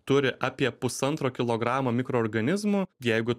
turi apie pusantro kilogramo mikroorganizmų jeigu